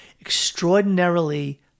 extraordinarily